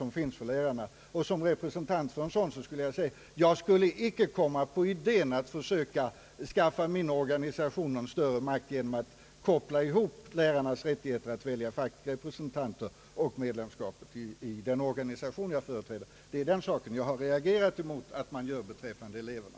Som representant för en sådan sammanslutning vill jag säga att jag inte skulle komma på idén att försöka skaffa min organisation större makt genom att koppla ihop lärarnas rättigheter att välja fackliga representanter och medlemskapet i den organisation jag företräder. Vad jag har reagerat mot är att detta sker beträffande eleverna.